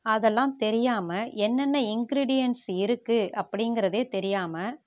அதெல்லாம் தெரியாமல் என்னென்ன இன்கிரீடியன்ஸ் இருக்குது அப்படிங்கிறதே தெரியாமல்